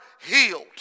healed